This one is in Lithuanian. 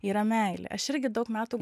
yra meilė aš irgi daug metų